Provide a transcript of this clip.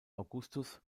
augustus